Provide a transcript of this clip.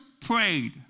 prayed